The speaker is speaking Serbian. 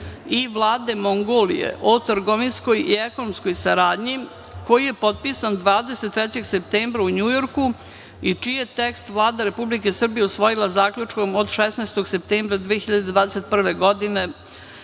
i Vlade Mongolije o trgovinskoj i ekonomskoj saradnji koji je potpisan 23. septembra u Njujorku i čiji je tekst Vlada Republike Srbije usvojila Zaključkom od 16. septembra 2021. godine